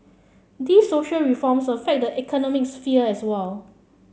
these social reforms affect the economic sphere as well